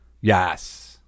Yes